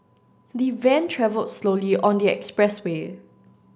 the van travelled slowly on the expressway